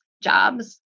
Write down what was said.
jobs